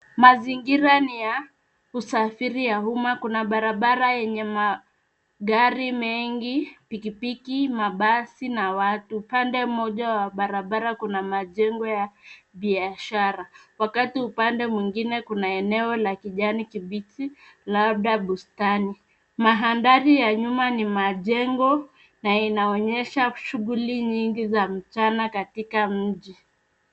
Mazingira ni ya usafiri ya umma. Kuna barabara yenye gari mengi, pikipiki, mabasi na watu. Upande mmoja wa barabara kuna majengo ya biashara, wakati upande mwengine kuna eneo la kijani kibichi labda bustani. Mandhari ya nyuma ni majengo na inaonyesha shughuli nyingi za mchana katika mji.